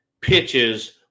pitches